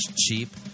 cheap